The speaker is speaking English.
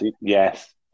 Yes